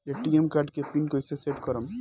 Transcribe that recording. ATM card के PIN कैसे set करम?